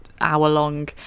hour-long